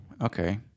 Okay